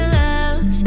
love